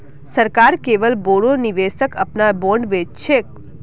सरकार केवल बोरो निवेशक अपनार बॉन्ड बेच छेक